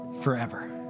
forever